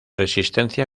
resistencia